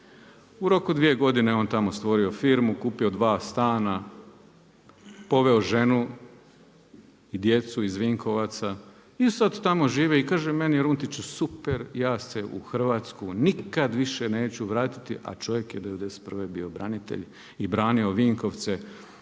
U roku dvije godine on je tamo stvorio firmu, kupio dva stana, poveo ženu i djecu iz Vinkovaca i sada tamo žive. I kaže meni je Runtiću super, ja se u Hrvatsku nikad više neću vratiti, a čovjek je '91. bio branitelj i branio Vinkovce.